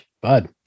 bud